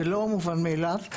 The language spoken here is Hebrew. זה לא מובן מאליו.